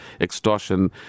extortion